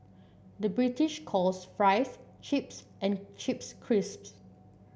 the British calls fries chips and chips crisps